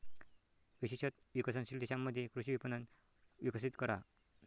विशेषत विकसनशील देशांमध्ये कृषी विपणन विकसित करा